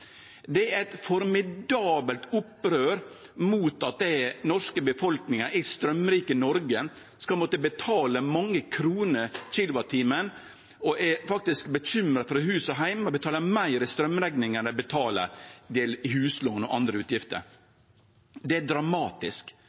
Det er eit formidabelt opprør mot at den norske befolkninga i straumrike Noreg skal måtte betale mange kroner kilowattimen. Dei er bekymra for hus og heim og betaler meir i straumrekning enn dei betaler i huslån og andre utgifter. Det er dramatisk.